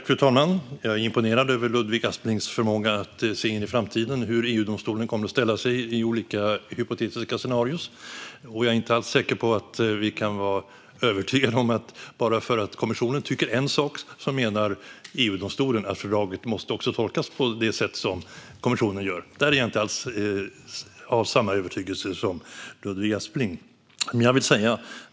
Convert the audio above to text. Fru talman! Jag är imponerad av Ludvig Asplings förmåga att se in i framtiden om hur EU-domstolen kommer att ställa sig i olika hypotetiska scenarier. Jag är inte alls säker på att vi kan vara övertygade om att bara för att kommissionen tycker en sak menar EU-domstolen att fördraget måste tolkas på det sätt som kommissionen gör. Där är jag inte alls av samma övertygelse som Ludvig Aspling.